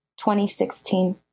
2016